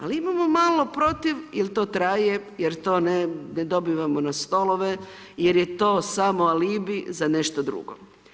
Ali imamo malo protiv jer to traje, jer ne dobivamo na stolove, jer to samo alibi za nešto drugo.